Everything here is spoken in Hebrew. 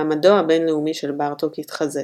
מעמדו הבינלאומי של בארטוק התחזק.